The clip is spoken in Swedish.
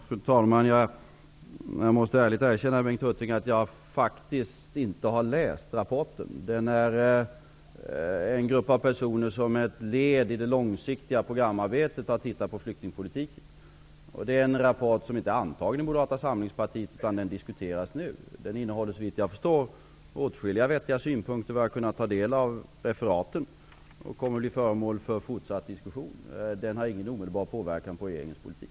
Fru talman! Jag måste ärligt erkänna att jag faktiskt inte har läst rapporten. Som ett led i det långsiktiga programarbetet har en grupp av personer sett över flyktingpolitiken. Rapporten är inte antagen av Moderata samlingspartiet, utan den diskuteras nu. Såvitt jag förstår innehåller rapporten åtskilliga vettiga synpunkter enligt vad jag hittills har kunnat ta del av referaten. Den kommer att bli föremål för fortsatt diskussion. Rapporten har ingen omedelbar påverkan på regeringens politik.